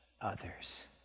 others